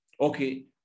okay